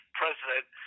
president